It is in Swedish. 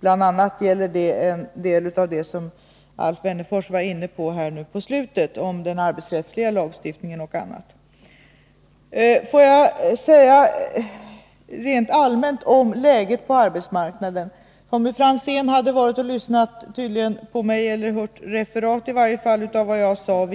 Det gäller bl.a. en del av det som Alf Wennerfors var inne på, om den arbetsrättsliga lagstiftningen m.m. Jag skall säga något rent allmänt om läget på arbetsmarknaden. Tommy Franzén hade tydligen lyssnat på mig eller hört ett referat av vad jag sade